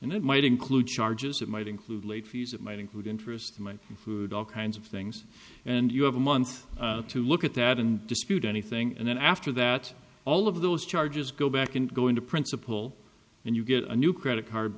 it might include charges it might include late fees it might include interest my food all kinds of things and you have a month to look at that and dispute anything and then after that all of those charges go back and go into principal and you get a new credit card